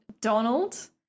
Donald